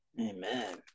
Amen